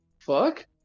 fuck